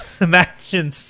imagine